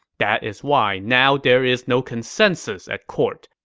that is why now there is no consensus at court.